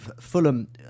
Fulham